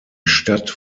stadt